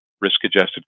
risk-adjusted